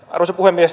arvoisa puhemies